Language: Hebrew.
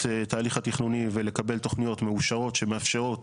ההליך התכנוני ולקבל תוכניות מאושרות שמאפשרות